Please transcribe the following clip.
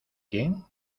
quién